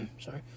Sorry